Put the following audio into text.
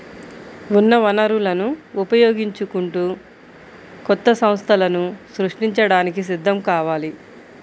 ఉన్న వనరులను ఉపయోగించుకుంటూ కొత్త సంస్థలను సృష్టించడానికి సిద్ధం కావాలి